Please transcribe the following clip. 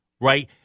right